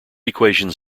equations